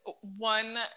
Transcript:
one